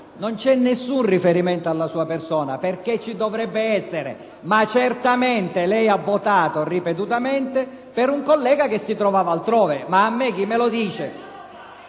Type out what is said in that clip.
Non c’ealcun riferimento alla sua persona: perche´ ci dovrebbe essere? Ma certamente lei ha votato ripetutamente per un collega che si trovava altrove. A me chi lo dice?